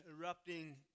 erupting